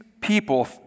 people